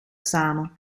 samen